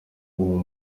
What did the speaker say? uwo